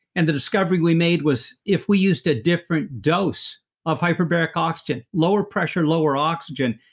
and the discovery we made was, if we used a different dose of hyperbaric oxygen, lower pressure, lower oxygen,